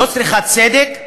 לא צריכה צדק.